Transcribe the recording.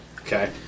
Okay